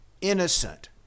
innocent